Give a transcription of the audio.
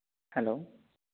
hello